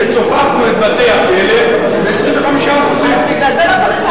פירוש הדבר שצופפנו את בתי-הכלא ב-25% בגלל זה,